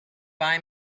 buy